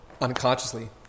unconsciously